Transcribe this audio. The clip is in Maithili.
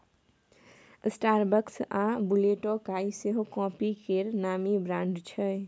स्टारबक्स आ ब्लुटोकाइ सेहो काँफी केर नामी ब्रांड छै